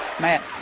Matt